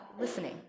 listening